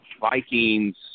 Vikings